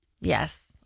Yes